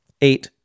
Eight